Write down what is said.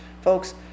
Folks